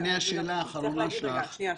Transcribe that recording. לפני השאלה האחרונה שלך --- שנייה.